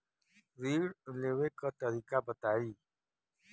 ऋण लेवे के तरीका बताई?